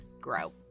grow